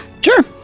Sure